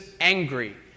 angry